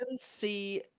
see